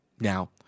Now